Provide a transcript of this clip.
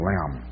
Lamb